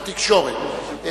התקשורת,